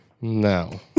No